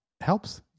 helps